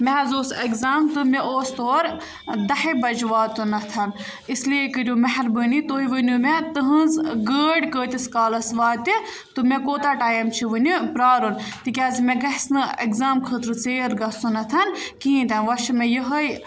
مےٚ حظ اوس اٮ۪کزام تہٕ مےٚ اوس تور دَہہِ بَجہِ واتُنَتھ اِسلیے کٔرِو مہربٲنی تُہۍ ؤنِو مےٚ تُہٕںٛز گٲڑۍ کۭتِس کالَس واتہِ تہٕ مےٚ کوتاہ ٹایم چھِ وٕنہِ پرٛارُن تِکیٛازِ مےٚ گژھِ نہٕ اٮ۪کزام خٲطرٕ ژیر گژھُنَتھ کِہیٖنۍ تہِ نہٕ وۄنۍ چھِ مےٚ یِہٕے